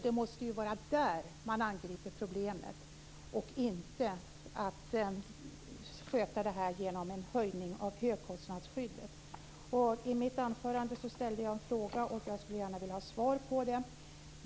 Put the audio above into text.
Det måste ju vara där som problemet skall angripas och inte genom en höjning av högkostnadsskyddet. I mitt anförande ställde jag en fråga som jag gärna skulle vilja ha svar på.